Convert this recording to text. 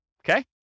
okay